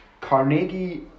Carnegie